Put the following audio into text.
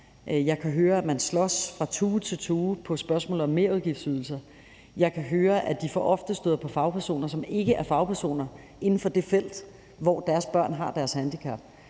Jeg kan høre, at man slås fra tue til tue, hvad angår spørgsmålet om merudgiftsydelser. Jeg kan høre, at de for ofte støder på fagpersoner, som ikke er fagpersoner inden for det felt, hvor deres børn har deres handicap.